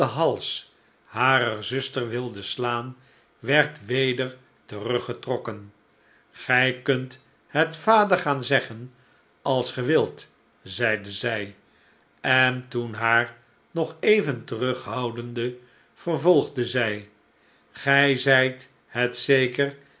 hals harer zuster wilde slaan werd weder teruggetrokken gij kunt het vader gaan zeggen als ge wilt zeide zij en toen haar nog even terughoudende vervotgde zij gij zijt het zeker